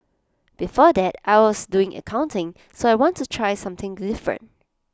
before that I was doing accounting so I want to try something different